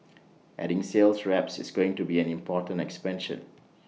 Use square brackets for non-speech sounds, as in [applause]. [noise] adding sales reps is going to be an important expansion